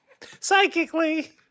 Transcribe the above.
Psychically